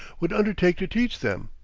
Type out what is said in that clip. would undertake to teach them,